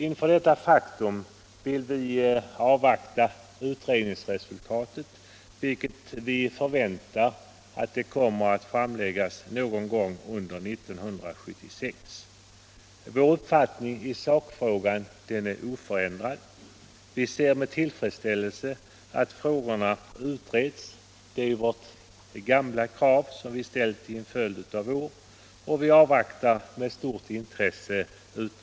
Inför detta faktum vill vi avvakta utredningens resultat. Vi förväntar att detta kommer att framläggas någon gång under 1976. Vår uppfattning i sak är oförändrad. Med tillfredsställelse ser vi att frågorna utreds — det är vårt gamla krav som vi ställt under en följd av år — och vi emotser resultatet med stort intresse.